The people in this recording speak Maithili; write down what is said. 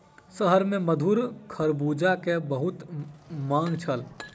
शहर में मधुर खरबूजा के बहुत मांग छल